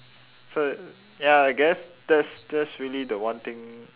so ya I guess that's that's really the one thing